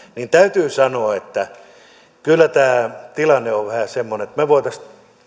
hallitusta täytyy sanoa että kyllä tämä tilanne on vähän semmoinen että me voisimme